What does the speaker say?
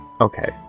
Okay